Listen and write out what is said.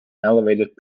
elevated